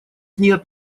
нет